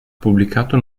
pubblicato